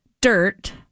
dirt